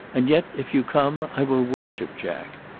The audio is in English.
and yet, if you come, i will worship jack.